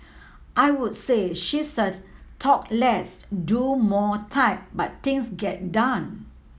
I would say she's a 'talk less do more' type but things get done